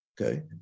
Okay